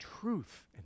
truth